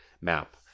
map